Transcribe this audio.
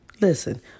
Listen